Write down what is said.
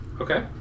Okay